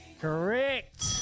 Correct